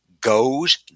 goes